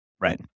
right